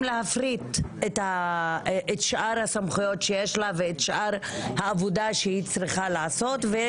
להפריט את שאר הסמכויות שיש לה ואת שאר העבודה שהיא צריכה לעשות.